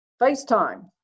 FaceTime